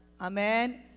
Amen